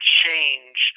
change